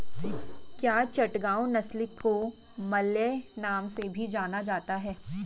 क्या चटगांव नस्ल को मलय नाम से भी जाना जाता है?